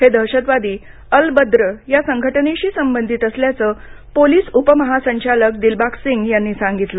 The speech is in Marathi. हे दहशतवादी अल बद्र संघटनेशी संबंधित असल्याचं पोलिस उपमहासंचालक दिलबाग सिंग यांनी सांगितलं